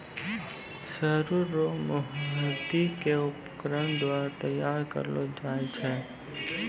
सरु रो मेंहदी के उपकरण द्वारा तैयार करलो जाय छै